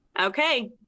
Okay